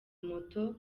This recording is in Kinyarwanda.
moto